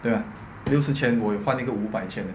对 mah 六十千我有换一个五百 leh